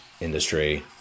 industry